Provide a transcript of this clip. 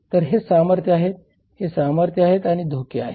तर हे सामर्थ्य आहेत हे सामर्थ्य आहेत आणि हे धोके आहेत